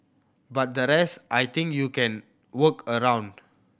but the rest I think you can work around